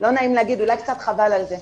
אולי קצת חבל על כך.